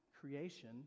creation